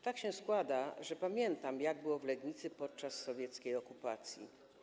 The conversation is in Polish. Tak się składa, że pamiętam, jak było w Legnicy podczas sowieckiej okupacji.